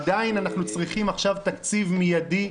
עדיין אנחנו צריכים עכשיו תקציב מיידי,